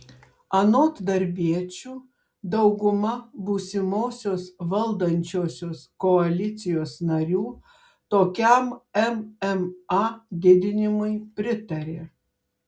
anot darbiečių dauguma būsimosios valdančiosios koalicijos narių tokiam mma didinimui pritarė